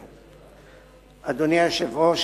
התש"ע 2010. אדוני היושב-ראש,